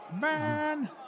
Man